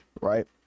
right